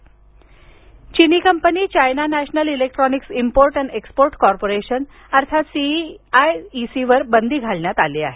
चीन चिनी company China national electronics import and export corporation अर्थात C E I E C वर बंदी घातली आहे